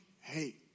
hey